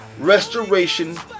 restoration